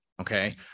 okay